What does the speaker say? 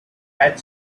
had